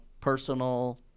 personal